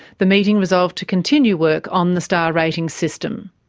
the meeting resolved to continue work on the star ratings system.